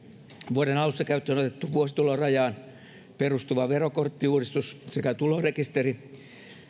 vuoden alussa käyttöön otettu vuositulorajaan perustuva verokorttiuudistus sekä tulorekisteri